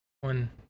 one